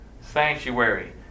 sanctuary